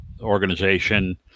organization